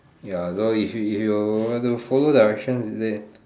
ya so if you if you were to follow directions is it